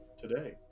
Today